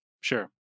Sure